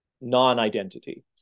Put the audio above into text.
non-identity